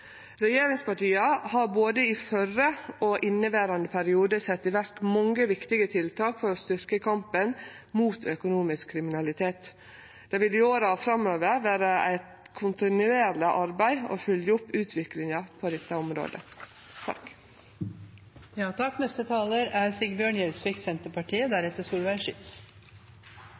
Regjeringspartia har både i førre og i inneverande periode sett i verk mange viktige tiltak for å styrkje kampen mot økonomisk kriminalitet. Det vil i åra framover vere eit kontinuerleg arbeid å følgje opp utviklinga på dette området. Kampen mot økonomisk kriminalitet er